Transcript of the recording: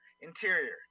interior